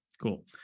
Cool